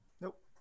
Nope